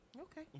okay